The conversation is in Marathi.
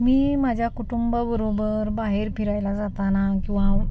मी माझ्या कुटुंबाबरोबर बाहेर फिरायला जाताना किंवा